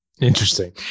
Interesting